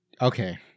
Okay